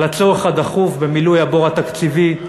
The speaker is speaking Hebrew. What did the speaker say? על הצורך הדחוף במילוי הבור התקציבי,